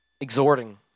Exhorting